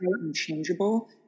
unchangeable